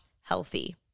healthy